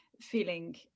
feeling